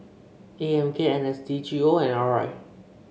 A M K N S D G O and R I